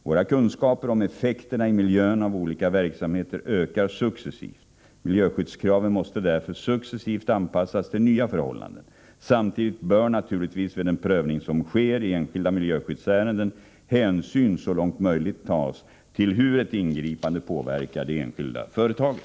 Våra kunskaper om effekterna i miljön av olika verksamheter ökar successivt. Miljöskyddskraven måste därför successivt anpassas till nya förhållanden. Samtidigt bör naturligtvis vid den prövning som sker i enskilda miljöskyddsärenden hänsyn så långt möjligt tas till hur ett ingripande påverkar det enskilda företaget.